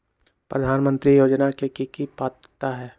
प्रधानमंत्री योजना के की की पात्रता है?